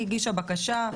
היא הגישה בקשה,